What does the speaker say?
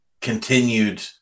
continued